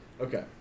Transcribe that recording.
Okay